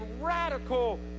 radical